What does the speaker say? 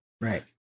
Right